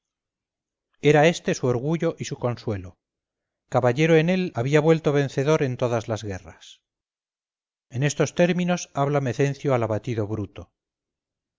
era este su orgullo y su consuelo caballero en él había vuelto vencedor en todas las guerras en estos términos habla mecencio al abatido bruto